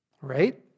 right